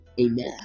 Amen